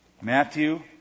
Matthew